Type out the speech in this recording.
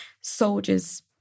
soldiers